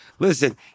Listen